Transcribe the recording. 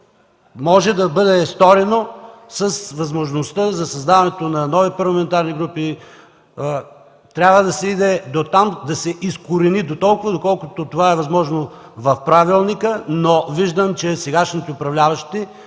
може да бъде сторено с възможността за създаването на нови парламентарни групи. Трябва да се отиде дотам, да се изкорени дотолкова, доколкото това е възможно в правилника, но виждам, че сегашните управляващи